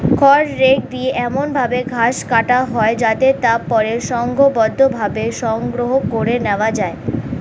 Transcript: খড় রেক দিয়ে এমন ভাবে ঘাস কাটা হয় যাতে তা পরে সংঘবদ্ধভাবে সংগ্রহ করে নেওয়া যায়